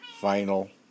vinyl